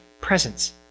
presence